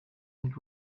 and